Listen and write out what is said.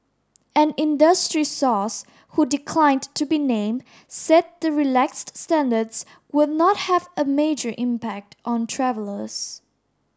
an industry source who declined to be named said the relaxed standards would not have a major impact on travellers